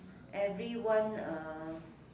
everyone uh